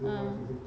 ah